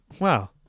Wow